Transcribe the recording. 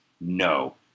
No